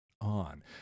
on